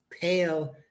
pale